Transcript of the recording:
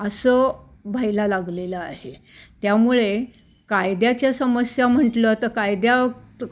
असं व्हायला लागलेलं आहे त्यामुळे कायद्याच्या समस्या म्हटलं तर कायद्यात